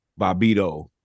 Bobito